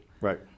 right